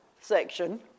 section